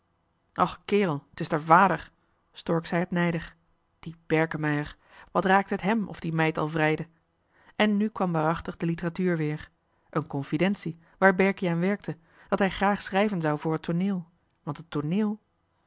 och kerel et is d'er vader stork zei het nijdig die berkemeier wat ging het hèm aan of die meid een vrijer had en nu begon hij waarachtig weer over literatuur een confidentie waar hij aan werkte dat hij grààg schrijven zou voor het tooneel want het tooneel